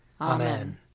Amen